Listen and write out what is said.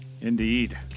indeed